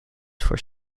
for